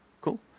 Cool